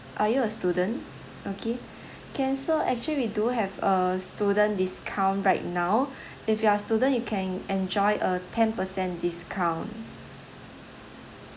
are you a student okay can so actually we do have a student discount right now if you are student you can enjoy a ten percent discount